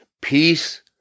Peace